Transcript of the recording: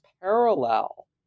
parallel